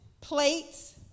plates